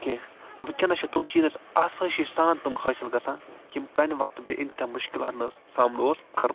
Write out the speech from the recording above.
کیٚنٛہہ وُنکٮ۪ن چھِ تِم چیٖز ٲسۍ آسٲیشی سان تِم حٲصِل گژھان یِم پرٛانہِ وقتہٕ بے انتہا مُشکِلاتَن ہنٛد سامنہٕ اوٗس کَرُن